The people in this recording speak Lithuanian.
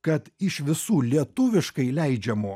kad iš visų lietuviškai leidžiamų